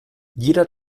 jeder